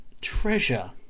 Treasure